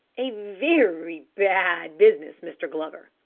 a very bad business, mr. glover,